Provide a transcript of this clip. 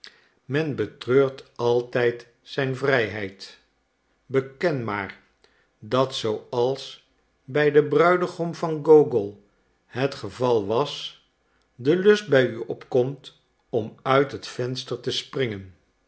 men betreurt altijd zijn vrijheid beken maar dat zooals bij den bruidegom van gogol het geval was de lust bij u opkomt om uit het venster te springen